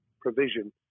provision